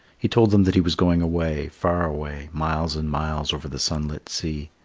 he told them that he was going away, far away, miles and miles over the sunlit sea.